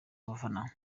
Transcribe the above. abafana